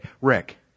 Rick